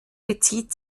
bezieht